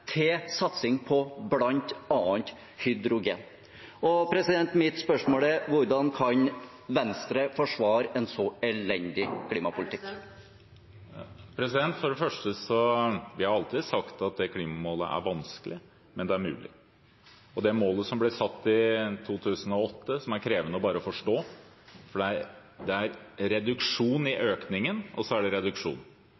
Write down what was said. til satsing på bl.a. hydrogen. Mitt spørsmål er: Hvordan kan Venstre forsvare en så elendig klimapolitikk? For det første: Vi har alltid sagt at det klimamålet er vanskelig, men det er mulig. Det målet som ble satt i 2008, som er krevende bare å forstå, er reduksjon i økningen, og så er det reduksjon.